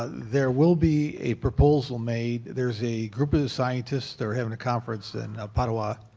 ah there will be a proposal made there's a group of scientists that are having a conference in padua,